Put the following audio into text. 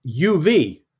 UV